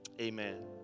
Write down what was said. Amen